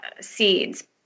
seeds